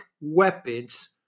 weapons